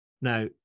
Now